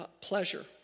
Pleasure